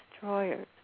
destroyers